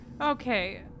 Okay